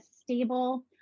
stable